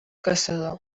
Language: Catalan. caçador